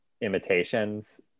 imitations